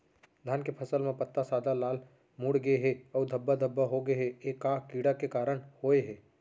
धान के फसल म पत्ता सादा, लाल, मुड़ गे हे अऊ धब्बा धब्बा होगे हे, ए का कीड़ा के कारण होय हे?